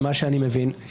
ממה שאני מבין,